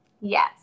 yes